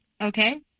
Okay